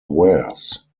wares